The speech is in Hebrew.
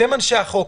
אתם אנשי החוק.